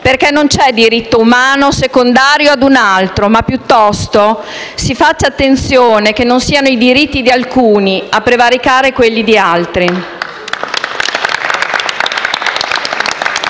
perché non c'è diritto umano secondario ad un altro; piuttosto si faccia attenzione che non siano i diritti di alcuni a prevaricare quelli di altri.